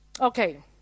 Okay